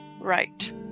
right